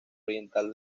oriental